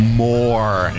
more